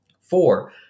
Four